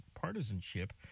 partisanship